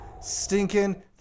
stinking